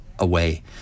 away